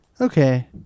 Okay